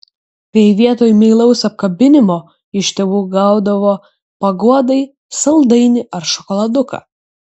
kai vietoj meilaus apkabinimo iš tėvų gaudavo paguodai saldainį ar šokoladuką